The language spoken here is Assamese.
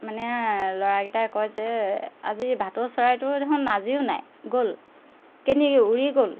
মানে ল'ৰাকেইটাই কয় যে আজি ভাটো চৰাইটো দেখোন নাজিও নাই গ'ল কেনি উৰি গ'ল